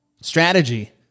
strategy